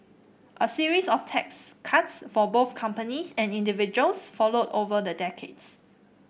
a series of tax cuts for both companies and individuals followed over the decades